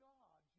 God